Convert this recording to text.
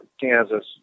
Kansas